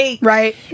right